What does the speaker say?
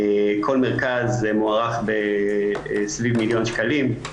כל מרכז מוערך סביב 1 מיליון שקלים,